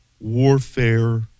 warfare